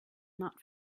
not